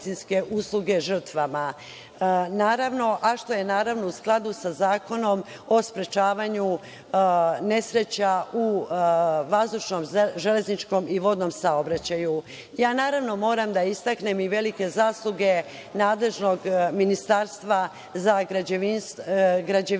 a što je naravno u skladu sa Zakonom o sprečavanju nesreća u vazdušnom, železničkom i vodnom saobraćaju. Moram da istaknem i velike zasluge nadležnog Ministarstva za građevinu,